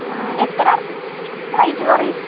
ആ എത്ര എത്ര റേറ്റ് കുറയും